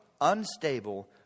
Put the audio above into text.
unstable